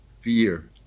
fear